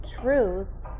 truths